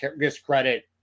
discredit